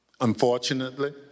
Unfortunately